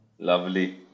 Lovely